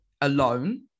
alone